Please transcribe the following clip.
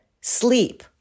sleep